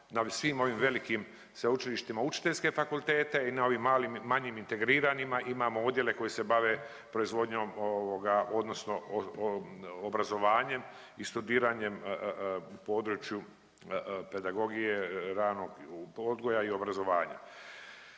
na svim ovim velikim sveučilištima učiteljske fakultete i na ovim malim, manjim integriranima imamo odjele koji se bave proizvodnjom ovoga odnosno obrazovanjem i studiranjem u području pedagogije ranog odgoja i obrazovanja.